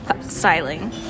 styling